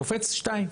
קופץ שניים.